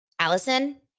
Allison